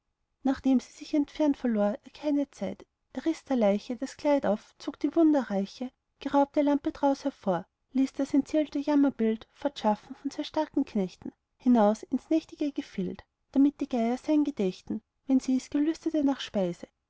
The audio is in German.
nachdem sie sich entfernt verlor er keine zeit er riß der leiche das kleid auf zog die wunderreiche geraubte lampe draus hervor ließ das entseelte jammerbild fortschaffen von zwei starken knechten hinaus ins nächtige gefild damit die geier sein gedächten wenn sie's gelüstete nach speise